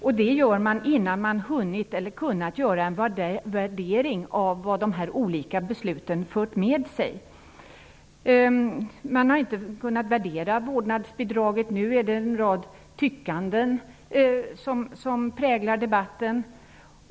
Och detta gör man innan man hunnit eller kunnat göra en utvärdering av vad de olika besluten fört med sig! Man har inte kunnat utvärdera vårdnadsbidraget. Det är nu en rad tyckanden som präglar debatten.